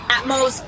Atmos